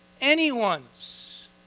anyone's